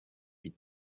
huit